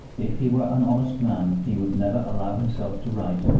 if he were an honest man, he would never allow himself to write,